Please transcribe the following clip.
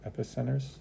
epicenters